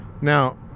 Now